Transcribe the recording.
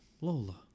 Lola